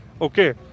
Okay